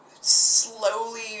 slowly